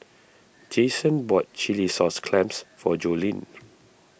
Jason bought Chilli Sauce Clams for Joleen